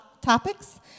topics